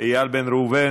איל בן ראובן,